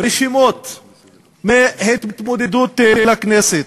רשימות מהתמודדות לכנסת,